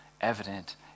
evident